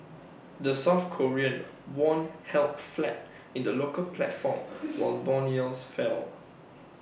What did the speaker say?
the south Korean won held flat in the local platform while Bond yields fell